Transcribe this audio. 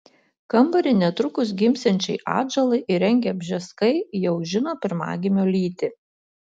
kambarį netrukus gimsiančiai atžalai įrengę bžeskai jau žino pirmagimio lytį